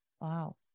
Wow